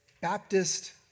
Baptist